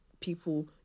people